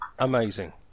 amazing